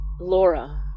Laura